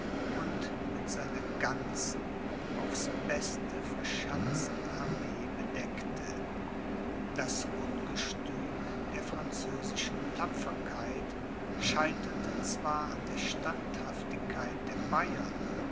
und mit seiner ganzen aufs beste verschanzten armee bedeckte das ungestüm der französischen tapferkeit scheiterte zwar an der standhaftigkeit der bayern